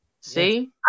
See